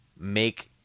Make